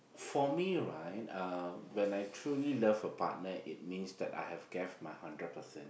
for me right uh when I truly love a partner it means that I have gave my hundred percent